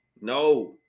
No